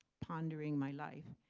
pondering my life.